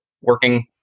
working